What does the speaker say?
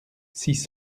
six